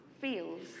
feels